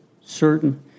certain